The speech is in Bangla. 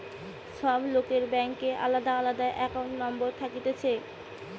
সব লোকের ব্যাংকে আলদা আলদা একাউন্ট নম্বর থাকতিছে